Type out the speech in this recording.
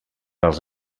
als